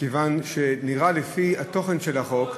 מכיוון שנראה, לפי התוכן של החוק,